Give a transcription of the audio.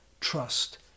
trust